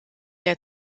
der